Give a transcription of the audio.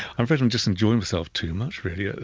i'm afraid i'm just enjoying myself too much really, at the